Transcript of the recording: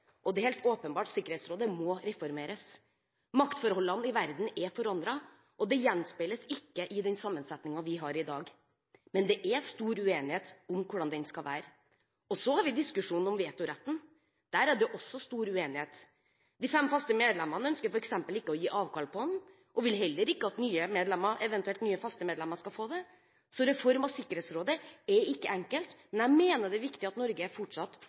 og det er helt åpenbart at Sikkerhetsrådet må reformeres. Maktforholdene i verden er forandret, men det gjenspeiles ikke i den sammensetningen vi har i dag. Og det er stor uenighet om hvordan den skal være. Og så har vi diskusjonen om vetoretten. Der er det også stor uenighet. De fem faste medlemmene ønsker f.eks. ikke å gi avkall på den, og vil heller ikke at nye medlemmer, eventuelt nye faste medlemmer, skal få det. Så reform av Sikkerhetsrådet er ikke enkelt. Men jeg mener det er viktig at Norge fortsatt